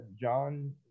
John